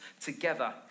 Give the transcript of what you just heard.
together